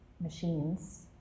machines